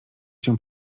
cię